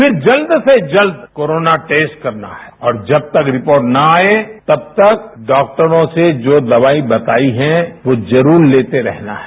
फिर जल्द से जल्द कोरोना टेस्ट करना है और जब तक रिपोर्ट न आये तब तक डॉक्टरों ने दवाई बताई है वो जरूर लेते रहना है